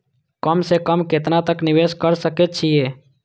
कम से कम केतना तक निवेश कर सके छी ए?